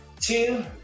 two